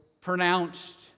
pronounced